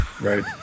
Right